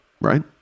right